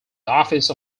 office